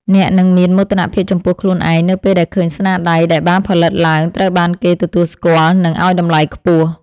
អ្នកនឹងមានមោទនភាពចំពោះខ្លួនឯងនៅពេលដែលឃើញស្នាដៃដែលបានផលិតឡើងត្រូវបានគេទទួលស្គាល់ និង ឱ្យតម្លៃខ្ពស់។